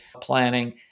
planning